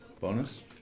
bonus